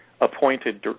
appointed